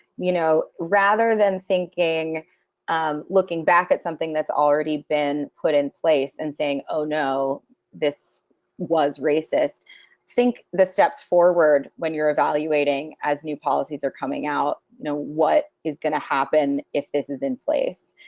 you know, rather than thinking um looking back at something that's already been put in place, and saying oh no this was racist think the steps forward when you're evaluating as new policies are coming out, you know, what is gonna happen if this is in place,